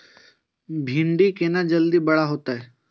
भिंडी केना जल्दी बड़ा होते?